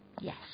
Yes